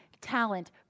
talent